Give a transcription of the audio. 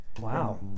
Wow